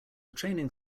training